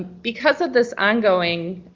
because of this ongoing